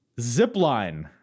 zipline